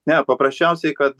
ne paprasčiausiai kad